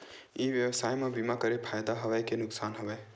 ई व्यवसाय म बीमा करे ले फ़ायदा हवय के नुकसान हवय?